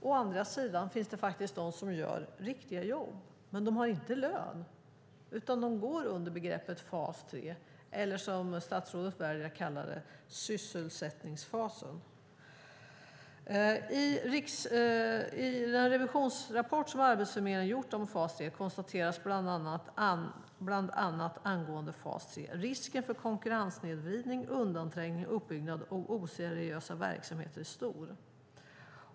Å andra sidan finns det faktiskt de som gör riktiga jobb, men de har inte lön, utan de går under begreppet fas 3 eller, som statsrådet väljer att kalla det, sysselsättningsfasen. I den revisionsrapport som Arbetsförmedlingen gjort om fas 3 konstateras bland annat angående fas 3 att risken för konkurrenssnedvridning, undanträngning och uppbyggnad av oseriösa verksamheter är stor.